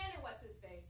What's-His-Face